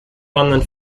wandern